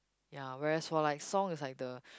ya whereas for like song it's like the